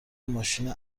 ماشین